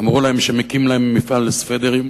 אמרו להם שמקימים להם מפעל לסוודרים,